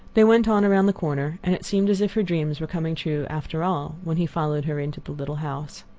they went on around the corner, and it seemed as if her dreams were coming true after all, when he followed her into the little house.